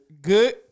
good